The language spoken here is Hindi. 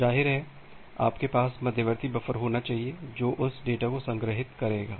जाहिर है आपके पास मध्यवर्ती बफर होना चाहिए जो उस डेटा को संग्रहीत करेगा